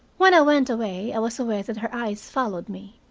when i went away i was aware that her eyes followed me,